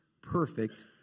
perfect